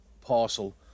parcel